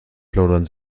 plaudern